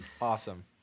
awesome